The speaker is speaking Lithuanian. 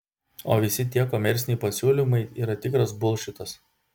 o visi tie komerciniai pasiūlymai yra tikras bulšitas